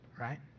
right